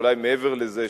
ואולי מעבר לזה,